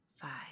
five